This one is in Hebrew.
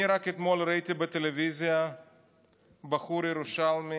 אני רק אתמול ראיתי בטלוויזיה בחור ירושלמי,